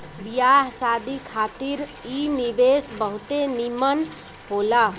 बियाह शादी खातिर इ निवेश बहुते निमन होला